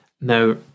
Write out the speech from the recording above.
Now